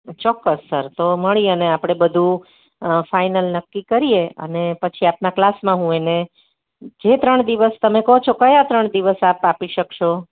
ચોક્કસ સર તો મળી અને આપણે બધું ફાઇનલ નક્કી કરીએ અને પછી આપના ક્લાસમાં હું એને જે ત્રણ દિવસ તમે કહો છો કયા ત્રણ દિવસ આપ આપી શકશો